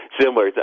similar